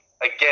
again